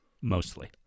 mostly